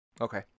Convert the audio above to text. Okay